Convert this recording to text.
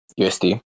usd